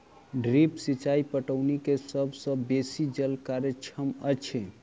drip सिचाई पटौनी के सभ सॅ बेसी जल कार्यक्षम अछि